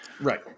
Right